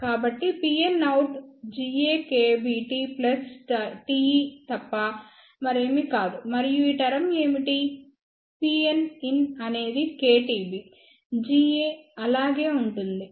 కాబట్టి Pnout GakBT plus Te తప్ప మరేమీ కాదు మరియు ఈ టర్మ్ ఏమిటి P n in అనేది kTB Ga అలాగే ఉంటుంది